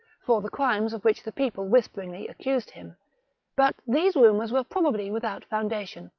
for the crimes of which the people whisperingly accused him but these rumours were probably without foundation,